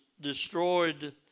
destroyed